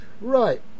right